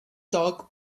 dog